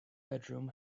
bedroom